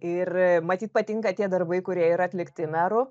ir matyt patinka tie darbai kurie yra atlikti merų